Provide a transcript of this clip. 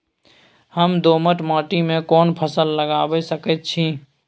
हम दोमट माटी में कोन फसल लगाबै सकेत छी?